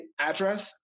address